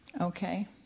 Okay